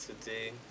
today